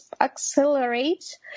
accelerate